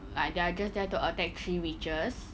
but they are just there to attack three witches